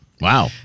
Wow